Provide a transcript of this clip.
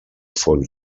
fons